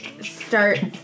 start